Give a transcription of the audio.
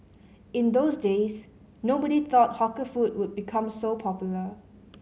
in those days nobody thought hawker food would become so popular